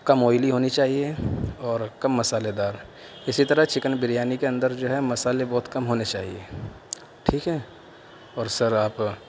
کم oily ہونی چاہیے اور کم مسالے دار اسی طرح چکن بریانی کے اندر جو ہے مسالے بہت کم ہونے چاہیے ٹھیک ہے اور سر آپ